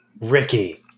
Ricky